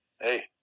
hey